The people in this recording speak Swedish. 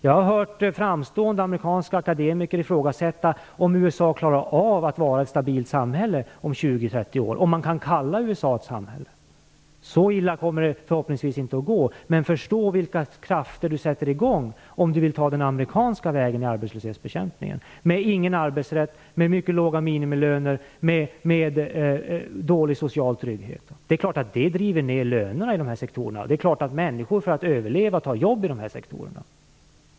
Jag har hört framstående amerikanska akademiker ifrågasätta om USA klarar av att vara ett stabilt samhälle om 20-30 år, och om man kan kalla USA ett samhälle. Så illa kommer det förhoppningsvis inte att gå. Men förstå vilka krafter man sätter i gång om man vill ta den amerikanska vägen i fråga om arbetslöshetsbekämpning, med ingen arbetsrätt, med mycket låga minimilöner och med dålig social trygghet! Det är klart att det driver ned lönerna i de här sektorerna, och det är klart att människor för att överleva tar jobb i de här sektorerna.